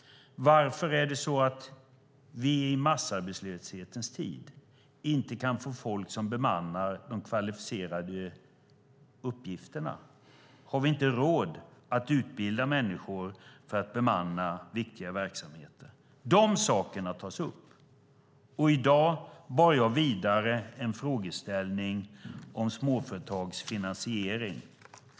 Varför kan man i massarbetslöshetens tid inte få tag på folk som bemannar de kvalificerade uppgifterna? Har man inte råd att utbilda människor för att bemanna viktiga verksamheter? Dessa frågor tas upp. I dag går jag vidare med en fråga om småföretagens finansiering.